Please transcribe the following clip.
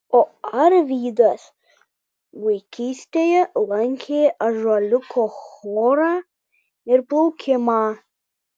o arvydas vaikystėje lankė ąžuoliuko chorą ir plaukimą